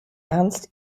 ernst